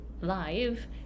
live